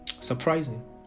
Surprising